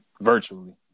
Virtually